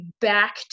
back